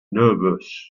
nervous